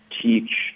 teach